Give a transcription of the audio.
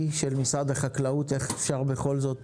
של משרד החקלאות איך אפשר בכל זאת,